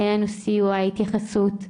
אין סיוע, התייחסות.